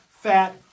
fat